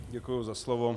Děkuji za slovo.